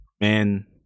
man